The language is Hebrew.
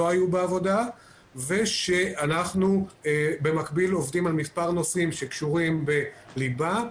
היו בעבודה ושאנחנו במקביל עובדים על מספר נושאים שקשורים בליבה,